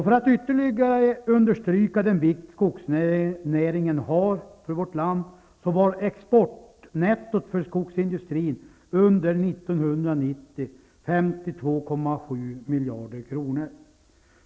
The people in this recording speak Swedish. För att ytterligare understryka den vikt skogsnäringen har för vårt land kan jag tala om att exportnettot för skogsindustrin under 1990 var 52,7 miljarder kronor.